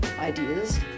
ideas